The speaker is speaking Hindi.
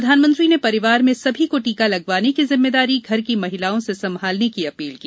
प्रधानमंत्री ने परिवार में सभी को टीका लगवाने की जिम्मेदारी घर की महिलाओं से संभालने की अपील की